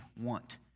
want